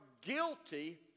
guilty